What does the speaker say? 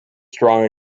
strong